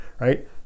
right